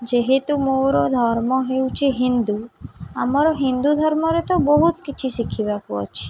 ଯେହେତୁ ମୋର ଧର୍ମ ହେଉଛି ହିନ୍ଦୁ ଆମର ହିନ୍ଦୁ ଧର୍ମରେ ତ ବହୁତ କିଛି ଶିଖିବାକୁ ଅଛି